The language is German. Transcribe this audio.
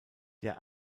der